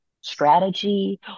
strategy